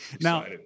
Now